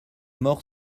mort